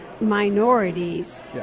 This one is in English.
minorities